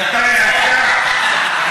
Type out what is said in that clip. מתי האיפטר.